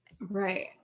Right